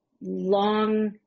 long